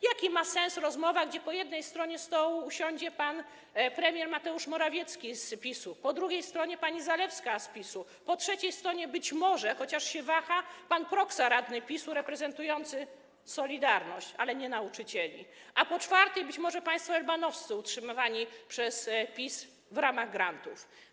Jaki sens ma rozmowa, gdy z jednej strony stołu usiądzie pan premier Mateusz Morawiecki z PiS-u, z drugiej strony pani Zalewska z PiS-u, z trzeciej strony być może, chociaż się waha, pan Proksa, radny PiS-u reprezentujący „Solidarność”, ale nie nauczycieli, a z czwartej być może państwo Elbanowscy utrzymywani przez PiS w ramach grantów?